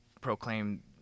proclaim